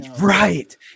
Right